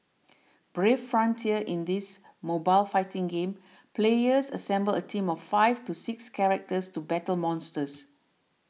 Brave Frontier In this mobile fighting game players assemble a team of five to six characters to battle monsters